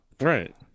Right